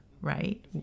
right